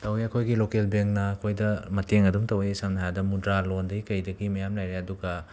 ꯇꯧꯋꯦ ꯑꯩꯈꯣꯏꯒꯤ ꯂꯣꯀꯦꯜ ꯕꯦꯡꯅ ꯑꯩꯈꯣꯏꯗ ꯃꯇꯦꯡ ꯑꯗꯨꯝ ꯇꯧꯋꯤ ꯁꯝꯅ ꯍꯥꯏꯔꯕꯗ ꯃꯨꯗ꯭ꯔꯥ ꯂꯣꯟꯗꯒꯤ ꯀꯩꯗꯒꯤ ꯃꯌꯥꯝ ꯂꯩꯔꯦ ꯑꯗꯨꯒ